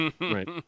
Right